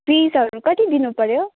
फिसहरू कति दिनुपऱ्यो